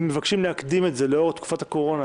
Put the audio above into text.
הם מבקשים להקדים את זה להיום לאור תקופת הקורונה.